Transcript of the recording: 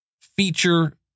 feature